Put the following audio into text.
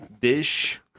dish